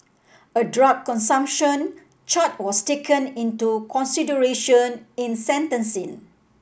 a drug consumption charge was taken into consideration in sentencing